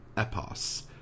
Epos